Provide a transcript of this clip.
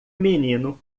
menino